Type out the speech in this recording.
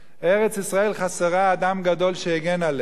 ארץ-ישראל חסרה אדם גדול שיגן עליה.